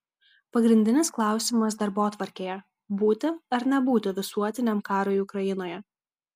pagrindinis klausimas darbotvarkėje būti ar nebūti visuotiniam karui ukrainoje